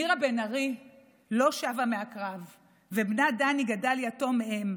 מירה בן ארי לא שבה מהקרב ובנה דני גדל יתום מאם,